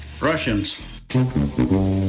Russians